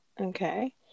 Okay